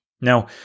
Now